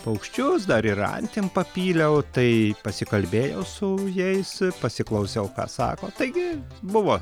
paukščius dar ir antim papyliau tai pasikalbėjau su jais pasiklausiau ką sako taigi buvo